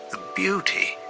the beauty,